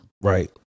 Right